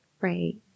Right